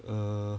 err